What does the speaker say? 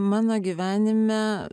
mano gyvenime